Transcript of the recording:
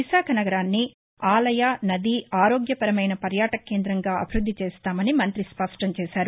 విశాఖ నగరాన్ని ఆలయ నది ఆరోగ్యపరమైన పర్యాటక కేంద్రంగా అభివృద్ది చేస్తామని మంగ్రతి స్పష్టంచేశారు